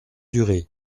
duré